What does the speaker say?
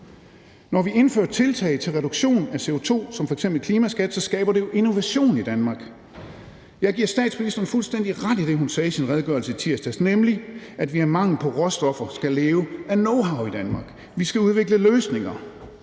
Når vi indfører tiltag til reduktion af CO2 som f.eks. klimaskat, skaber det jo innovation i Danmark. Jeg giver statsministeren fuldstændig ret i det, hun sagde i sin redegørelse i tirsdags, nemlig at vi af mangel på råstoffer skal leve af knowhow i Danmark. Vi skal udvikle løsninger,